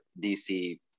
DC